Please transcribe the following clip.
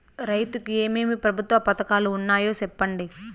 రైతుకు ఏమేమి ప్రభుత్వ పథకాలు ఉన్నాయో సెప్పండి?